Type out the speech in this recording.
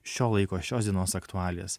šio laiko šios dienos aktualijas